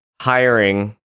hiring